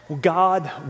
God